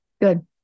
Good